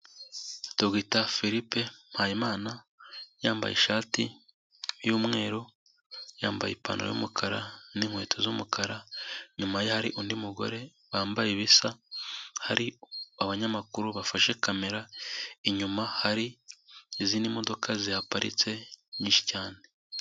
Dr Philippe Mpayimana yambaye ishati y'umweru, yambaye ipantaro y'umukara n'inkweto z'umukara, inyuma ye hari undi mugore bambaye ibisa, hari abanyamakuru bafashe kamera, inyuma hari izindi modoka zihaparitse nyinshi cyane.